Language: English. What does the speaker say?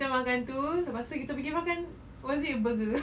kita makan tu lepas tu kita gi makan was it a burger